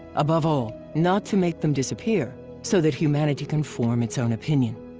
above all, not to make them disappear, so that humanity can form its own opinion.